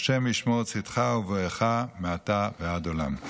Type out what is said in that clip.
ה' ישמר צאתך ובואך מעתה ועד עולם".